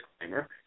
disclaimer